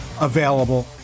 available